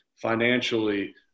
financially